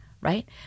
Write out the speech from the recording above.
right